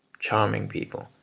charming people,